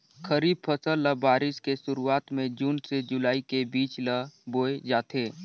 खरीफ फसल ल बारिश के शुरुआत में जून से जुलाई के बीच ल बोए जाथे